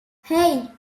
hey